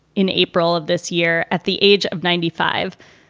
in april of this year at the age of ninety five.